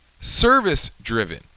service-driven